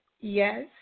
Yes